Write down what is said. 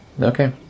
Okay